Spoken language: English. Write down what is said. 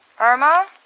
Irma